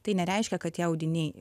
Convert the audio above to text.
tai nereiškia kad tie audiniai